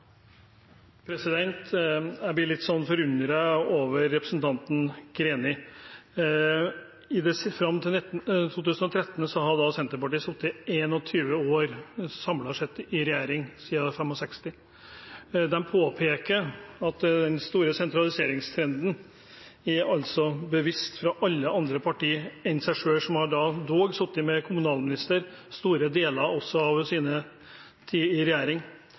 Jeg blir litt forundret over representanten Greni. Fram til 2013 hadde Senterpartiet sittet i 21 år – samlet ett – i regjering siden 1965. De påpeker at den store sentraliseringstrenden er bevisst fra alle andre partier enn dem selv, de som dog også har sittet med kommunalministeren store deler av sin tid i regjering.